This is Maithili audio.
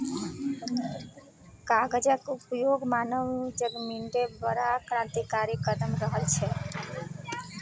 कागजक उपयोग मानव जिनगीमे बड़ क्रान्तिकारी कदम रहल छै